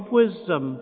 wisdom